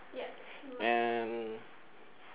and